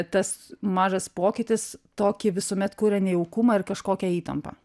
tas mažas pokytis tokį visuomet kuria nejaukumą ir kažkokią įtampą